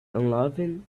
unloving